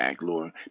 lord